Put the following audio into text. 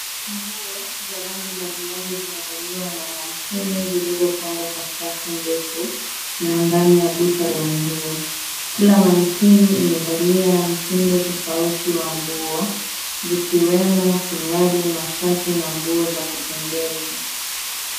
Nguo za rangi mbalimbali zimevaliwa na mannequin zilizopangwa kwa safu ndefu na ndani ya duka la nguo. Kila mannequin imevalia mtindo tofauti wa nguo zikiwemo suruali, mashati na nguo za kupendeza.